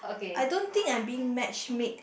I don't think I'm being matchmake